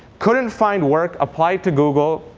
couldn't find work, applied to google,